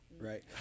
right